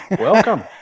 Welcome